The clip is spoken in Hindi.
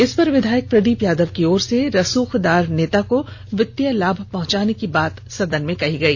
इस पर विधायक प्रदीप यादव की ओर से भी रसूखदार नेता को वित्तीय लाभ पहुंचाने की बात सदन में कही गई